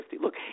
Look